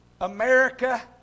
America